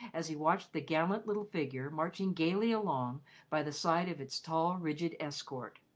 as he watched the gallant little figure marching gayly along by the side of its tall, rigid escort.